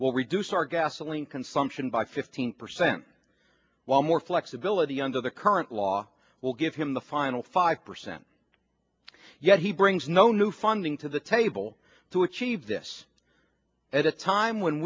will reduce our gasoline consumption by fifteen percent while more flexibility under the current law will give him the final five percent yet he brings no new funding to the table to achieve this at a time when